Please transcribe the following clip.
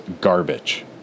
garbage